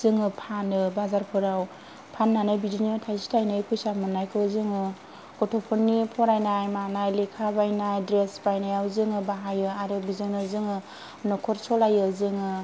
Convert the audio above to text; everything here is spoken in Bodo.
जोङो फानो बाजारफोराव फाननानै बिदिनो थायसे थायनै फैसा मोननायखौ जोङो गथ'फोरनि फरायनाय मानाय लेखा बायनाय द्रेस बायनायाव जोङो बाहायो आरो बेजोंनो जोङो न'खर सलायो जोङो